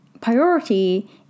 priority